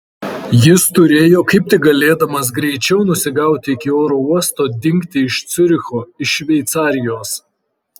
jis turėjo kaip tik galėdamas greičiau nusigauti iki oro uosto dingti iš ciuricho iš šveicarijos